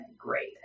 great